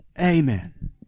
Amen